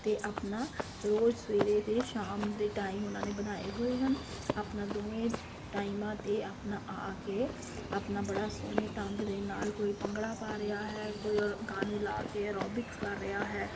ਅਤੇ ਆਪਣਾ ਰੋਜ਼ ਸਵੇਰੇ ਅਤੇ ਸ਼ਾਮ ਦੇ ਟਾਈਮ ਉਹਨਾਂ ਨੇ ਬਣਾਏ ਹੋਏ ਹਨ ਆਪਣਾ ਦੋਵੇਂ ਟਾਈਮਾਂ ਤੇ ਆਪਣਾ ਆ ਕੇ ਆਪਣਾ ਬੜਾ ਸੋਹਣੇ ਢੰਗ ਦੇ ਨਾਲ ਕੋਈ ਭੰਗੜਾ ਪਾ ਰਿਹਾ ਹੈ ਕੋਈ ਗਾਣੇ ਲਾ ਕੇ ਆਰੋਬਿਕਸ ਕਰ ਰਿਹਾ ਹੈ